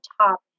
top